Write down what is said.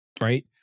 right